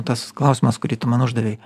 tas klausimas kurį tu man uždavei